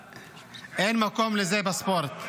אין מקום לזה בספורט.